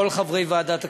כל חברי ועדת הכספים,